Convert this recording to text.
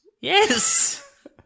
Yes